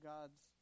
God's